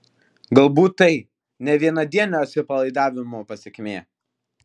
galbūt tai ne vienadienio atsipalaidavimo pasekmė